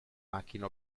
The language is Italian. macchina